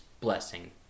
blessing